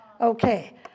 Okay